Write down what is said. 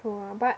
!wah! but